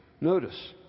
notice